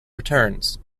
returns